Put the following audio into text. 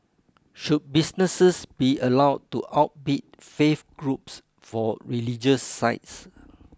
should businesses be allowed to outbid faith groups for religious sites